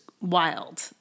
wild